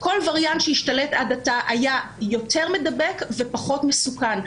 כל וריאנט שהשתלט עד עתה היה יותר מידבק ופחות מסוכן.